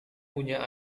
punya